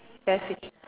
bare feet